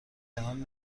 پنهان